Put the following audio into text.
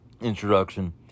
introduction